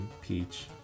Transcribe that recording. peach